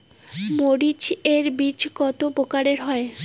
মরিচ এর বীজ কতো প্রকারের হয়?